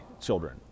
children